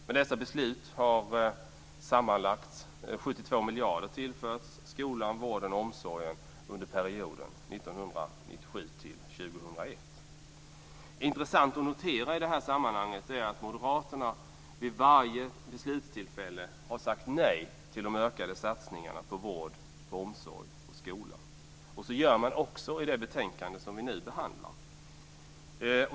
Med dessa beslut har sammanlagt 72 miljarder tillförts skolan, vården och omsorgen under perioden Det är intressant att i detta sammanhang notera att Moderaterna vid varje beslutstillfälle har sagt nej till de ökade satsningarna på vård, omsorg och skola. Så gör man också i det betänkande som vi nu behandlar.